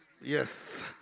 Yes